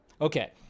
Okay